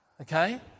Okay